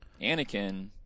anakin